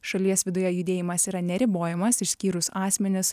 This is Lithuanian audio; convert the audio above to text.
šalies viduje judėjimas yra neribojamas išskyrus asmenis